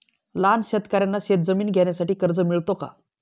लहान शेतकऱ्यांना शेतजमीन घेण्यासाठी कर्ज मिळतो का?